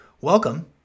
Welcome